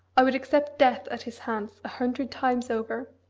i would accept death at his hands a hundred times over